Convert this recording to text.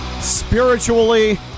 spiritually